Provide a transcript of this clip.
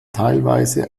teilweise